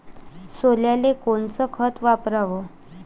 सोल्याले कोनचं खत वापराव?